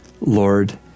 Lord